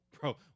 bro